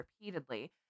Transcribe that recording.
repeatedly